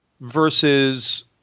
versus